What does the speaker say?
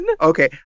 Okay